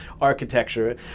architecture